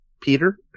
peter